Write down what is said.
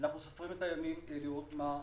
ואנחנו סופרים את הימים לראות מה יהיה.